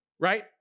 right